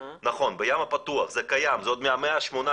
נכון, בים הפתוח, זה קיים, זה עוד מהמאה ה-18,